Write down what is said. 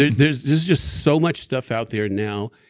and there's just just so much stuff out there now.